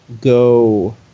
go